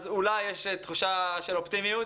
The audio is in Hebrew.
אז אולי יש תחושה של אופטימיות.